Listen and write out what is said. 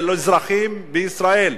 של אזרחים בישראל,